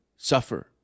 suffer